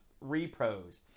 repos